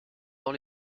dans